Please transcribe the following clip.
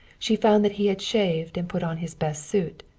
she found that he had shaved and put on his best suit.